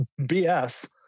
bs